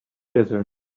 desert